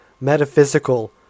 metaphysical